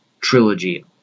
trilogy